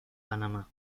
panamá